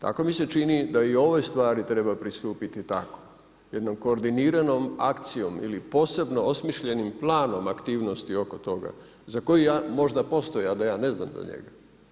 Tako mi se čini da i ovoj stvari treba pristupiti tako jednom koordiniranom akcijom ili posebno osmišljenim planom aktivnosti oko toga za koji ja, možda postoji a da ja ne znam za njega.